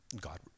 God